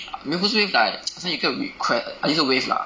没有不是 wave like 好像有一个 request 一个 wave lah